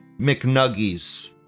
McNuggies